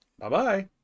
Bye-bye